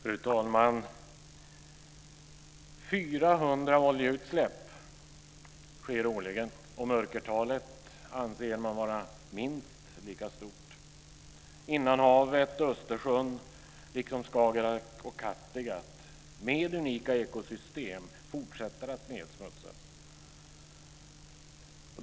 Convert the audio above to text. Fru talman! 400 oljeutsläpp sker årligen, och mörkertalet anses vara minst lika stort. Innanhavet Östersjön liksom Skagerrak och Kattegatt med sina unika ekosystem fortsätter att nedsmutsas.